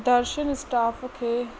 दर्शन staff खे